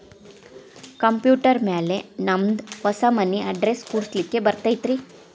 Computer ಮ್ಯಾಲೆ ನಮ್ದು ಹೊಸಾ ಮನಿ ಅಡ್ರೆಸ್ ಕುಡ್ಸ್ಲಿಕ್ಕೆ ಬರತೈತ್ರಿ?